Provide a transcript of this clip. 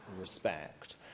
respect